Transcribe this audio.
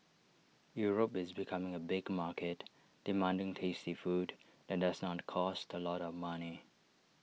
Europe is becoming A big market demanding tasty food that does not cost A lot of money